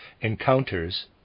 encounters